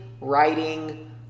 writing